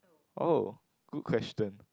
oh good question